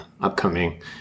upcoming